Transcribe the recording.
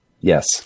Yes